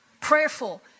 prayerful